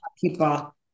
people